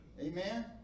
amen